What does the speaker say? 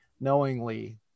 knowingly